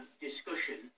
discussion